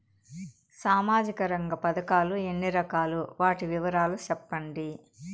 సామాజిక రంగ పథకాలు ఎన్ని రకాలు? వాటి వివరాలు సెప్పండి